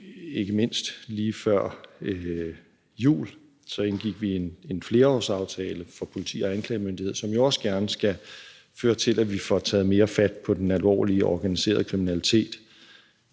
ikke mindst indgik vi lige før jul en flerårsaftale for politi og anklagemyndighed, som også gerne skal føre til, at vi får taget mere fat på den alvorlige og organiserede kriminalitet.